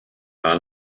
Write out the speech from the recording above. par